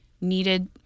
needed